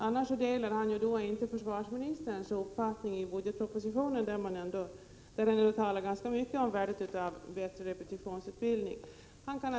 Annars skulle han ju inte dela försvarsministerns uppfattning i budgetpropositionen, där det ändå ganska mycket talas om värdet av bättre repetitionsutbildning.